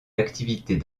activités